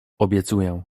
obiecuję